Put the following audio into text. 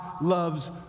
loves